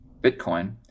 Bitcoin